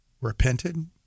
repented